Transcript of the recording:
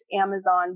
Amazon